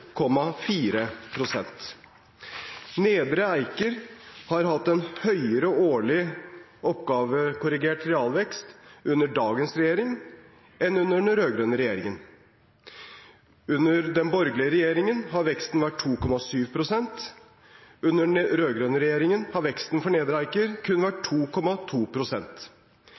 høyere årlig oppgavekorrigert realvekst under dagens regjering enn under den rød-grønne regjeringen. Under den borgerlige regjeringen har veksten vært på 2,7 pst. ; under den rød-grønne regjeringen har veksten for Nedre Eiker kun vært